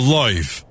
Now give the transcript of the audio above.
life